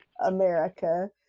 America